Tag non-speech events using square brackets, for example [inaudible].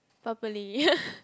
properly [laughs]